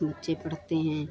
बच्चे पढ़ते हैं